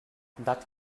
that